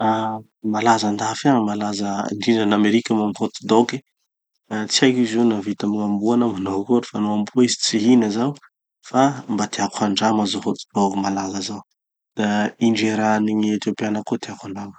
Ah malaza andafy agny, malaza indrindra an'amerika moa gny hotdog. Tsy haiko izy io na vita amy gn'amboa na manao akory fa no amboa izy tsy hihina zaho, fa mba tiako handrama zao hotdog malaza zao. Da gny injerah-n'ny gny ethiopiana koa tiako handrama.